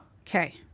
Okay